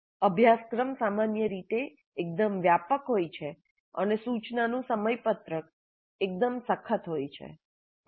અભ્યાસક્રમ સામાન્ય રીતે એકદમ વ્યાપક હોય છે અને સૂચનાનું સમયપત્રક એકદમ સખત હોય છે